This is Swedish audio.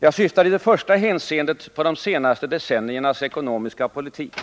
Jag syftar i det första hänseendet på de senaste decenniernas ekonomiska politik,